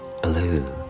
Blue